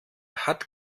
hat